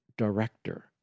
Director